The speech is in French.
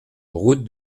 route